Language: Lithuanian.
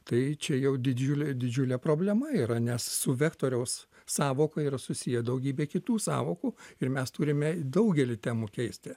tai čia jau didžiulė didžiulė problema yra nes su vektoriaus sąvoka yra susiję daugybė kitų sąvokų ir mes turime daugelį temų keisti